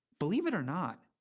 believe it or not,